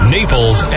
Naples